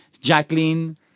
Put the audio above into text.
Jacqueline